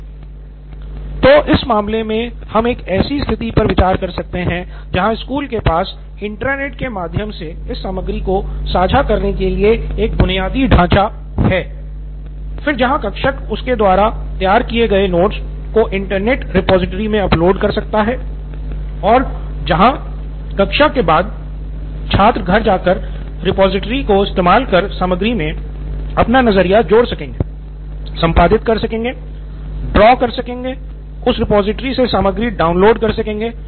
सिद्धार्थ मटूरी तो इस मामले में हम एक ऐसी स्थिति पर विचार कर सकते हैं जहां स्कूल के पास इंट्रानेट के माध्यम से इस सामग्री को साझा करने के लिए एक बुनियादी ढाँचा है फिर जहां शिक्षक उसके द्वारा तैयार किए गए नोट्स को इंटरनेट रिपॉजिटरी में अपलोड कर सकता है और जहां कक्षा के बाद छात्र घर जा कर रिपॉजिटरी को इस्तेमाल कर सामग्री मे अपना नज़रिया जोड़ सकेंगे संपादित कर सकेंगे ड्रा कर सकेंगे उस रिपॉजिटरी से सामग्री डाउनलोड कर सकेंगे